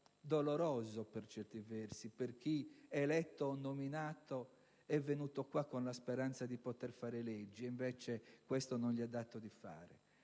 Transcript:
doloroso per certi versi per chi, eletto o nominato, è venuto qua con la speranza di poter fare leggi e questo non gli è dato di fare,